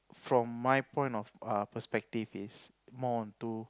from my point of ah perspective is more onto